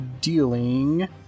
Dealing